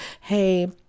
hey